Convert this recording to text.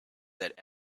that